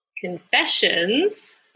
Confessions